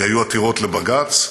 כי היו עתירות לבג"ץ,